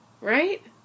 right